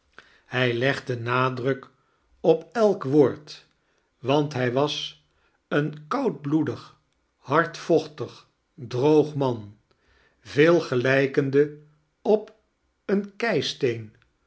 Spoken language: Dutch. hij legde nadruk op elk woord want hij was een koudbioedig hardvochtig droog man veel gelijkende op een